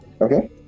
okay